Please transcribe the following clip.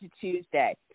Tuesday